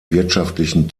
wirtschaftlichen